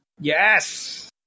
Yes